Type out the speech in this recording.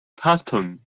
charleston